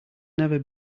never